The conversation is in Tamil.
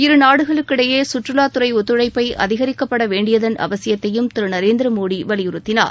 இருநாடுகளுக்கிடையே கற்றுலாத்துறை ஒத்துழைப்பை அதிகரிக்கப்படவேண்டியதன் அவசியத்தையும் திரு நரேந்திரமோடி வலியுறுத்தினார்